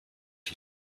die